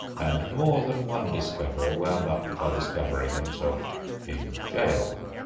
and more than one discoverer wound up by discovering himself in jail.